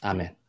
Amen